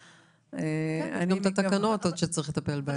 בהמשך, יש גם תקנות שצריך לטפל בהן.